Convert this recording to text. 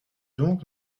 donc